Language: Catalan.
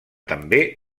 també